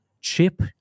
chip